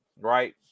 right